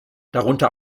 darunter